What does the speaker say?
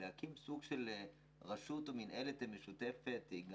להקים סוג של רשות או מנהלת משותפת גם